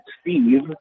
Steve